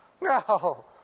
no